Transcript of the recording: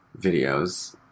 videos